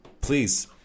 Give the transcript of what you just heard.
Please